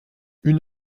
une